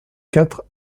quatre